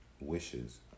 Wishes